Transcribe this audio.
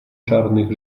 czarnych